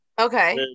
Okay